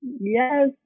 Yes